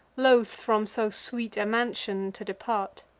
loth from so sweet a mansion to depart.